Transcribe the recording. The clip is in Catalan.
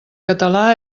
català